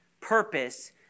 purpose